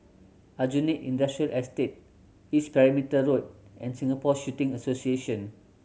Aljunied Industrial Estate East Perimeter Road and Singapore Shooting Association